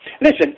Listen